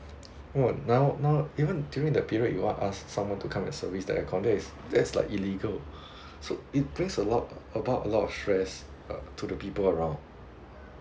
!wah! now now even during the period you want ask someone to come and service the air con that is that is like illegal so it bring a lot about a lot of stress uh to the people around